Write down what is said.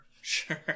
Sure